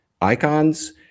icons